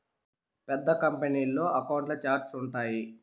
పెద్ద కంపెనీల్లో అకౌంట్ల ఛార్ట్స్ ఉంటాయి